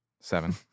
Seven